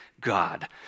God